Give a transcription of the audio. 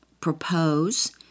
propose